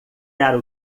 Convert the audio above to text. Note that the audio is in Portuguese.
era